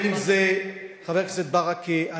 חבר הכנסת ברכה,